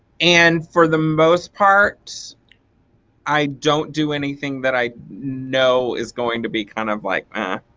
and for the most part i don't do anything that i know is going to be kind of like ah.